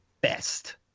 best